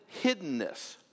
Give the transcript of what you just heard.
hiddenness